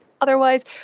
otherwise